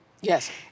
Yes